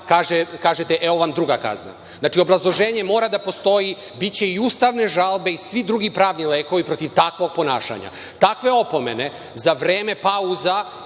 kažete – evo vam druga kazna. Znači, obrazloženje mora da postoji. Biće i ustavne žalbe i svi drugi pravni lekovi protiv takvog ponašanja. Takve opomene za vreme pauza